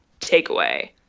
takeaway